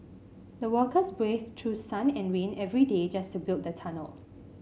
the workers braved through sun and rain every day just to build the tunnel